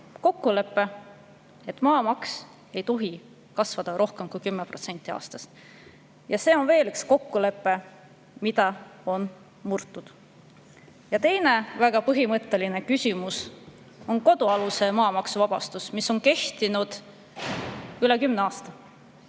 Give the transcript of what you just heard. kokkulepe, et maamaks ei tohi kasvada rohkem kui 10% aastas. See on veel üks kokkulepe, mida on murtud. Teine väga põhimõtteline küsimus on kodualuse maa maksuvabastus, mis on kehtinud üle 10 aasta.